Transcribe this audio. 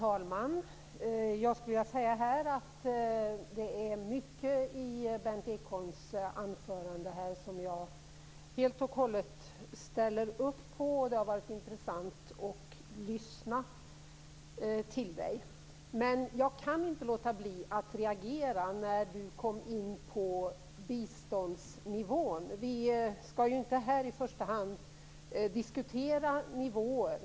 Herr talman! Det är mycket i Berndt Ekholms anförande som jag helt och hållet ställer mig bakom. Det har varit intressant att lyssna till honom. Men jag kunde inte låta bli att reagera när Berndt Ekholm kom in på biståndsnivån. Vi skall här i första hand inte diskutera nivåer.